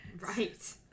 Right